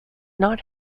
not